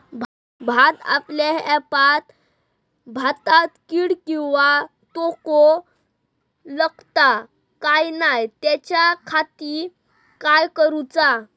भात कापल्या ऑप्रात भाताक कीड किंवा तोको लगता काम नाय त्याच्या खाती काय करुचा?